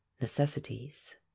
necessities